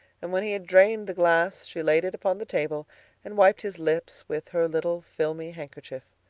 and when he had drained the glass she laid it upon the table and wiped his lips with her little filmy handkerchief.